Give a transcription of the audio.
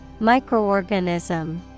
Microorganism